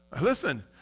Listen